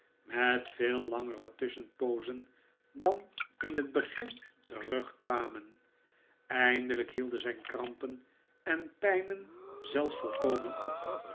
met veel langere tusschenpoozen dan in het begin terugkwamen eindelijk hielden ziin krampen en pijnen zelfs volkomen op